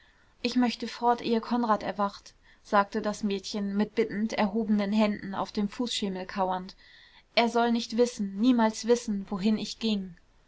ich möchte fort ehe konrad erwacht sagte das mädchen mit bittend erhobenen händen auf dem fußschemel kauernd er soll nicht wissen niemals wissen wohin ich ging